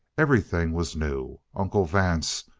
everything was new. uncle vance,